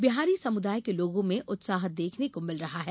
बिहारी समुदाय के लोगों में उत्साह देखने को मिल रहा है